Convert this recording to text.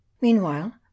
Meanwhile